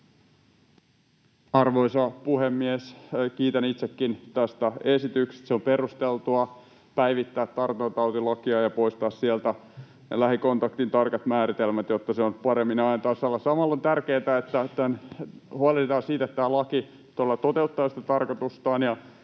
Arvoisa puhemies! Kiitän itsekin tästä esityksestä. On perusteltua päivittää tartuntatautilakia ja poistaa sieltä lähikontaktin tarkat määritelmät, jotta se on paremmin ajan tasalla. Samalla on tärkeätä, että huolehditaan siitä, että tämä laki todella toteuttaa sitä tarkoitustaan